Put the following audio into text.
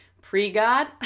pre-God